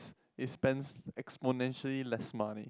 it spends exponentially less money